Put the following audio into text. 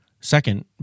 Second